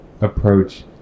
approach